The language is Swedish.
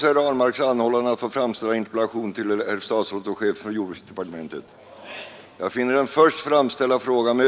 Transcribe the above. Ärade kammarledamöter!